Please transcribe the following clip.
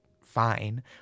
fine